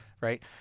right